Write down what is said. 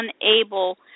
unable